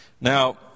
Now